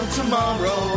tomorrow